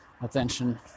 attention